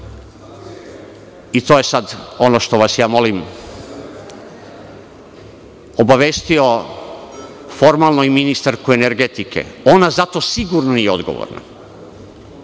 i to je sad ono što vas ja molim, obavestio formalno i ministarku energetike. Ona za to sigurno nije odgovorna.